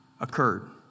occurred